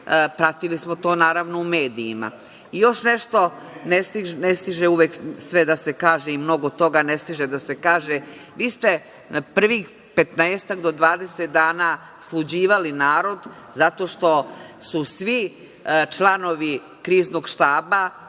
pratili smo to, naravno, u medijima. Još nešto, ne stiže uvek sve da se kaže i mnogo toga ne stiže da se kaže, vi ste na prvih petnaestak do dvadeset dana sluđivali narod, zato što su svi članovi Kriznog štaba,